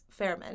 Fairman